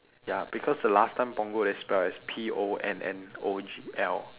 ya because the last time punggol they spell it as P O N N O G L